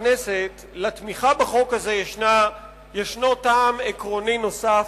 לתמיכה בחוק הזה יש טעם עקרוני נוסף,